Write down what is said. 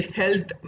health